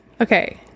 okay